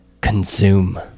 Consume